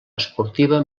esportiva